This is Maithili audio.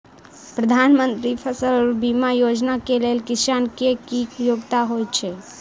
प्रधानमंत्री फसल बीमा योजना केँ लेल किसान केँ की योग्यता होइत छै?